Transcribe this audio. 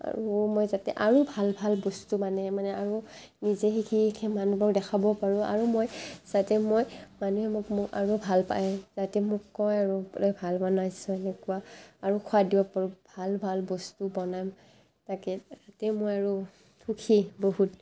আৰু মই যাতে আৰু ভাল ভাল বস্তু মানে মানে আৰু নিজে শিকি শিকি মানুহবোৰক দেখাব পাৰোঁ আৰু মই যাতে মই মানুহে মোক আৰু ভাল পায় যাতে মোক কয় আৰু বোলে ভাল বনাইছা এনেকুৱা আৰু খোৱা দিব পাৰোঁ ভাল ভাল বস্তু বনাম তাকে তাতে মই আৰু সুখী বহুত